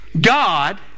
God